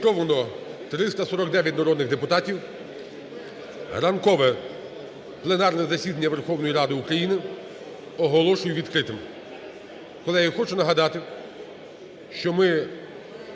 Зареєстровано 349 народних депутатів. Ранкове пленарне засідання Верховної Ради України оголошую відкритим. Колеги, я хочу нагадати, що ми